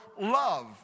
love